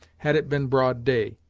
had it been broad day.